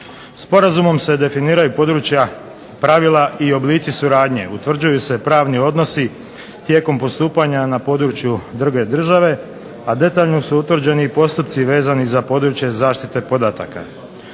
Sporazumom se definiraju područja pravila i oblici suradnje, utvrđuju se pravni odnosi tijekom postupanja na području druge države, a detaljno su utvrđeni i postupci vezani za područje zaštite podataka.